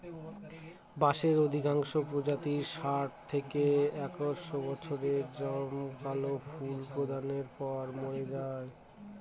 বাঁশের অধিকাংশ প্রজাতিই ষাট থেকে একশ বছরের মধ্যে জমকালো ফুল প্রদানের পর মরে যায়